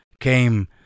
came